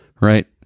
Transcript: right